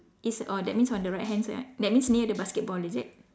it's orh that means on the right hand side right that means near the basketball is it